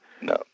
No